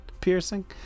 piercing